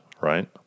right